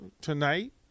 tonight